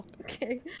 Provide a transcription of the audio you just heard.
okay